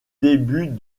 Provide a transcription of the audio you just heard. début